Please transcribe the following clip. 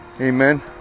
Amen